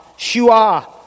Shua